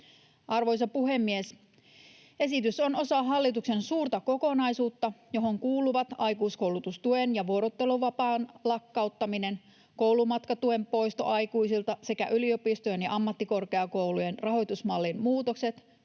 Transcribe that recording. Arvoisa puhemies! Esitys on osa hallituksen suurta kokonaisuutta, johon kuuluvat aikuiskoulutustuen ja vuorotteluvapaan lakkauttaminen, koulumatkatuen poisto aikuisilta sekä yliopistojen ja ammattikorkeakoulujen rahoitusmallin muutokset,